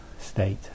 state